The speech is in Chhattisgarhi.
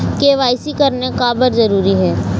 के.वाई.सी करना का बर जरूरी हे?